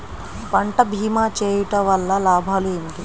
పంట భీమా చేయుటవల్ల లాభాలు ఏమిటి?